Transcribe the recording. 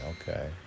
okay